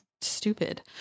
stupid